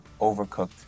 overcooked